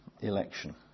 election